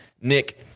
Nick